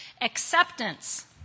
Acceptance